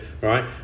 right